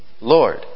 Lord